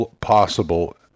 possible